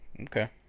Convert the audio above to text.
Okay